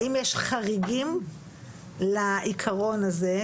האם יש חריגים לעקרון הזה,